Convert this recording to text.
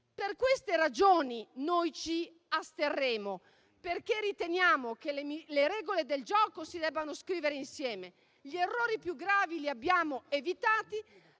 Per queste ragioni noi ci asterremo, perché riteniamo che le regole del gioco si debbano scrivere insieme. Gli errori più gravi li abbiamo evitati,